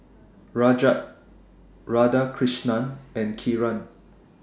Rajat Radhakrishnan and Kiran